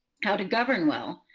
how to govern well.